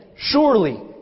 Surely